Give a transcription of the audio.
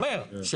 אני אומר,